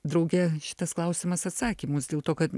drauge šitas klausimas atsakymus dėl to kad